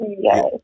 Yes